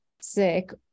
sick